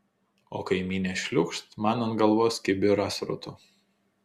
o kaimynė šliūkšt man ant galvos kibirą srutų